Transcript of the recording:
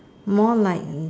more like